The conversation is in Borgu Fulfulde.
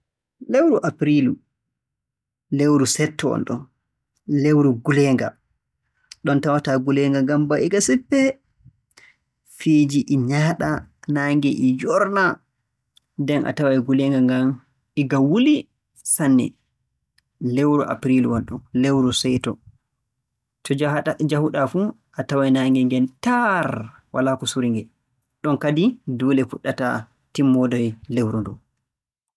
Lewru Apuriilu, lewru seeɗto wonɗon, lewru nguleenga ɗon tawataa nguleenga ngan ba e nge seppee. Fiiji ɗi nyaaɗa, naange e njoornaa, nden a taway nguleenga ngan e nga wuli sanne. Lewru Apiriilu wonɗon, lewru seeɗto. To njahu... njahu-ɗaa fuu a taway naange ngen taar walaa ko suri-nge. Ɗon kadi duule fuɗɗata timmoode lewru ndun.